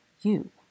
you